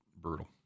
brutal